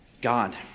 God